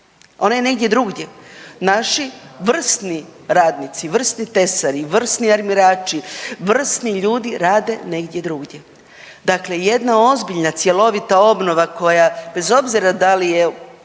Ona je negdje drugdje. Naši vrsni radnici, vrsni tesari, vrsni armirači, vrsni ljudi rade negdje drugdje. Dakle, jedna ozbiljna, cjelovita obnova, koja, bez obzira da li je